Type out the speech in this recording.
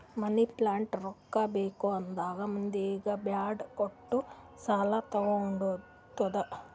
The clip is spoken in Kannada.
ಮುನ್ಸಿಪಾಲಿಟಿ ರೊಕ್ಕಾ ಬೇಕ್ ಆದಾಗ್ ಮಂದಿಗ್ ಬಾಂಡ್ ಕೊಟ್ಟು ಸಾಲಾ ತಗೊತ್ತುದ್